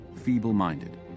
feeble-minded